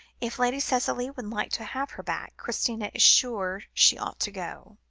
if lady cicely would like to have her back, christina is sure she ought to go.